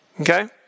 Okay